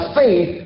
faith